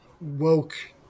woke